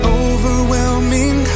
overwhelming